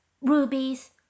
rubies